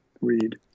read